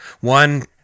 One